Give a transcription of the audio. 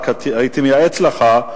הייתי מייעץ לך,